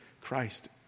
Christ